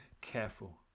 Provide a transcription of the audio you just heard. careful